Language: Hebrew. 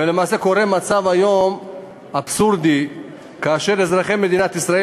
ולמעשה היום יש מצב אבסורדי: כאשר אזרחי מדינת ישראל